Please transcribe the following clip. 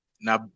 na